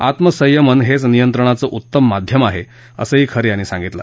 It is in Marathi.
आत्मसंयमन हेच नियंत्रणाचं उत्तम माध्यम आहे असंही खरे यांनी सांगितलं